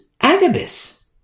Agabus